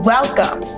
Welcome